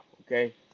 okay